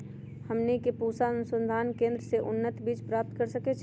हमनी के पूसा अनुसंधान केंद्र से उन्नत बीज प्राप्त कर सकैछे?